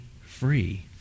free